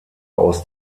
aus